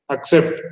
Accept